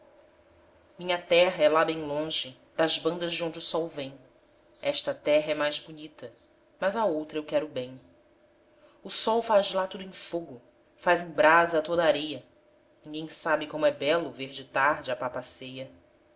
minha terra é lá bem longe das bandas de onde o sol vem esta terra é mais bonita mas à outra eu quero bem sol faz lá tudo em fogo faz em brasa toda a areia ninguém sabe como é belo ver de tarde a